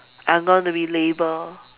I'm going to be labelled